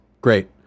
Great